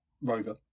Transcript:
rover